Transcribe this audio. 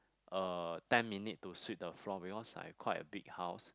uh ten minute to sweep the floor because I have quite a big house